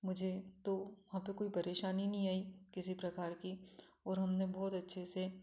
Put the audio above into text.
मुझे तो वहाँ पर कोई परेशानी नहीं आई किसी प्रकार की और हमने बहुत अच्छे से